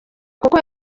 kuko